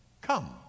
Come